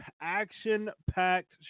action-packed